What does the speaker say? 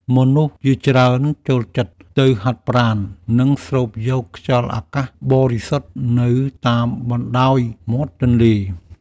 មនុស្សជាច្រើនចូលចិត្តទៅហាត់ប្រាណ និងស្រូបយកខ្យល់អាកាសបរិសុទ្ធនៅតាមបណ្តោយមាត់ទន្លេ។